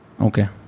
Okay